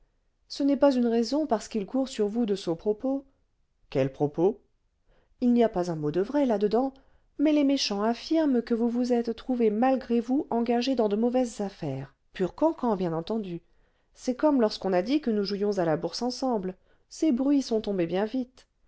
ce n'est pas une raison parce qu'il court sur vous de sots propos quels propos il n'y a pas un mot de vrai là-dedans mais les méchants affirment que vous vous êtes trouvé malgré vous engagé dans de mauvaises affaires purs cancans bien entendu c'est comme lorsqu'on a dit que nous jouions à la bourse ensemble ces bruits sont tombés bien vite